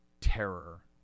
terror